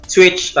Switch